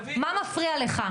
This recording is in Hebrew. מה מפריע לך?